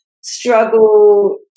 struggle